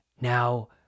Now